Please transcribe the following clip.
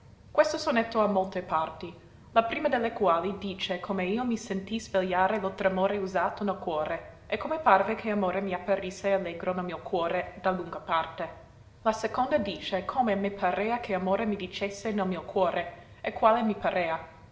questo sonetto ha molte parti la prima de le quali dice come io mi sentii svegliare lo tremore usato nel cuore e come parve che amore m'apparisse allegro nel mio cuore da lunga parte la seconda dice come me parea che amore mi dicesse nel mio cuore e quale mi parea